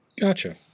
gotcha